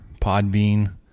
Podbean